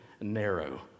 narrow